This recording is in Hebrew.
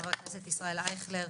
חבר הכנסת ישראל אייכלר,